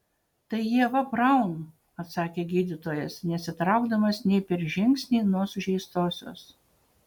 tai ieva braun atsakė gydytojas nesitraukdamas nei per žingsnį nuo sužeistosios